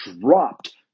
dropped